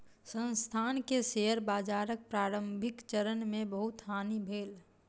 संस्थान के शेयर बाजारक प्रारंभिक चरण मे बहुत हानि भेल